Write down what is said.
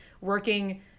working